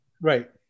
Right